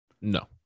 No